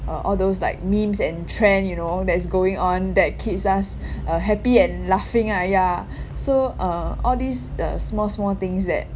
uh all those like memes and trend you know that is going on that keeps us uh happy and laughing lah ya so uh all these uh small small things that